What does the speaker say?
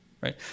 right